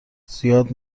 زیاد